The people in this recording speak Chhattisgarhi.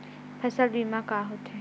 फसल बीमा का होथे?